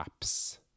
apps